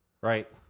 Right